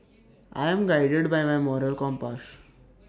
I'm guided by my moral compass